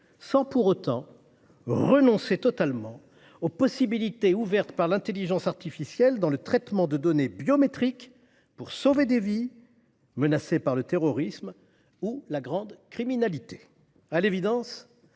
sans pour autant renoncer totalement aux possibilités ouvertes par l'intelligence artificielle dans le traitement de données biométriques pour sauver des vies menacées par le terrorisme ou la grande criminalité.